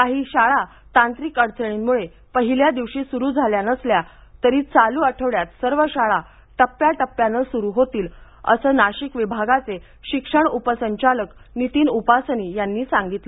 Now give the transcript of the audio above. काही शाळा तांत्रिक अडचणींमुळे पहिल्या दिवशी सुरू झाल्या नसल्या तरी चालू आठवड्यात सर्व शाळा टप्प्याटप्प्यानं सुरू होतील असं नाशिक विभागाचे शिक्षण उपसंचालक नितीन उपासनी यांनी सांगितलं